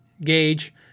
gauge